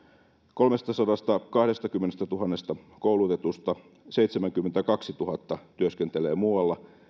kolmestasadastakahdestakymmenestätuhannesta koulutetusta seitsemänkymmentäkaksituhatta työskentelee muualla